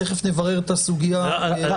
תכף נברר את הסוגיה הזאת.